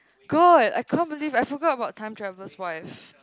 god I can't believe I forgot about time travel's wife